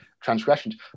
transgressions